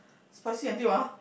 spicy until ah